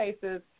cases